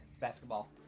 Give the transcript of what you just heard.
basketball